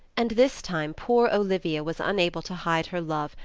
and this time poor olivia was unable to hide her love,